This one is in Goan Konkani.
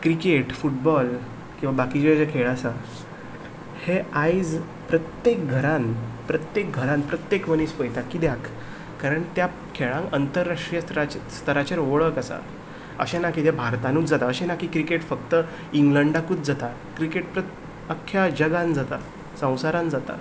क्रिकेट फुटबॉल किंवा बाकीचे जे खेळ आसा हे आयज प्रत्येक घरान प्रत्येक घरान प्रत्येक मनीस पळयता कित्याक कारण त्या खेळांक अंतरराष्ट्रीय स्तरा स्तराचेर वळख आसा अशें ना किदें भारतांनूच जाता अशें ना की क्रिकेट फक्त इंग्लंडाकूच जाता क्रिकेट प्रत्येक आख्ख्या जगान जाता संवसारान जाता